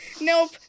Nope